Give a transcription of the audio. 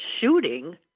shooting